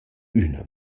üna